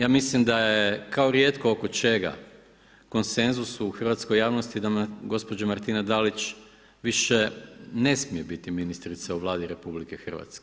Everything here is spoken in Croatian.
Ja mislim da je kao rijetko oko čega konsenzus u hrvatskoj javnost da gospođa Martina Dalić više ne smije biti ministrica u Vladi RH.